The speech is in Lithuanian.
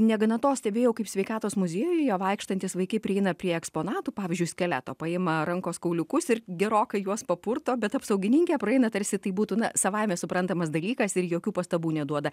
negana to stebėjau kaip sveikatos muziejuje vaikštantys vaikai prieina prie eksponatų pavyzdžiui skeleto paima rankos kauliukus ir gerokai juos papurto bet apsaugininkė praeina tarsi tai būtų na savaime suprantamas dalykas ir jokių pastabų neduoda